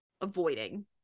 avoiding